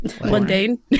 mundane